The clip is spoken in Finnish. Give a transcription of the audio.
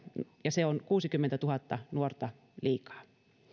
ja se on kuusikymmentätuhatta nuorta liikaa